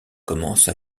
commence